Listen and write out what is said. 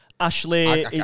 Ashley